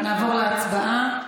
נעבור להצבעה,